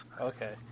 Okay